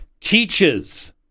Teaches